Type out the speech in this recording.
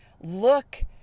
look